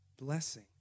blessing